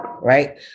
right